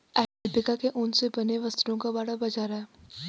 alpaca के ऊन से बने वस्त्रों का बड़ा बाजार है